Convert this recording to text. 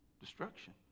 Destruction